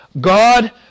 God